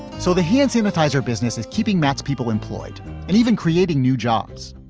so the hand sanitizer business is keeping that people employed and even creating new jobs.